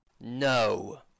No